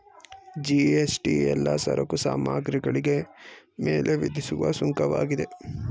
GST ಎಲ್ಲಾ ಸರಕು ಸಾಮಗ್ರಿಗಳಿಗೆ ಮೇಲೆ ವಿಧಿಸುವ ಸುಂಕವಾಗಿದೆ